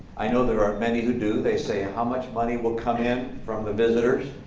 i know there are many who do. they say, ah how much money will come in from the visitors?